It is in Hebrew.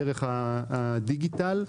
דרך הדיגיטל,